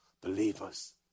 Believers